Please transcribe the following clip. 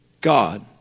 God